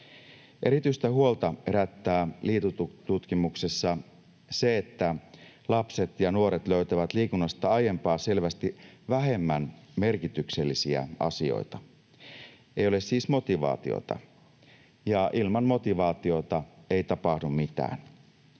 Erityistä huolta herättää LIITU-tutkimuksessa se, että lapset ja nuoret löytävät liikunnasta aiempaa selvästi vähemmän merkityksellisiä asioita. Ei ole siis motivaatiota, ja ilman motivaatiota ei tapahdu mitään.